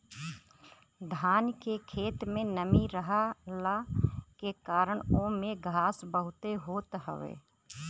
धान के खेत में नमी रहला के कारण ओमे घास बहुते होत हवे